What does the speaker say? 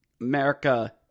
America